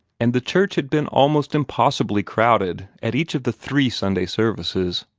and the church had been almost impossibly crowded at each of the three sunday services.